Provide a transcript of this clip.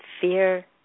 Fear